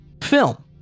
film